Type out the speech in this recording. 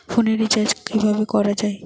ফোনের রিচার্জ কিভাবে করা যায়?